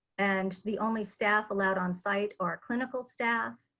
and the only staff allowed on site are clinical staff,